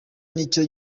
nicyo